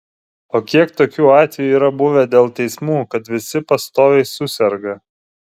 o kiek tokių atvejų yra buvę dėl teismų kad visi pastoviai suserga